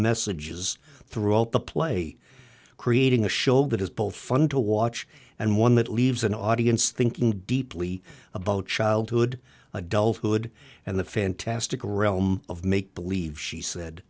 messages throughout the play creating a show that is both fun to watch and one that leaves an audience thinking deeply about childhood adulthood and the fantastical realm of make believe she said